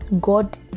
God